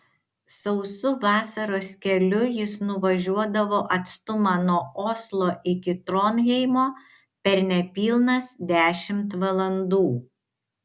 sausu vasaros keliu jis nuvažiuodavo atstumą nuo oslo iki tronheimo per nepilnas dešimt valandų